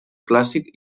clàssic